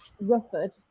Rufford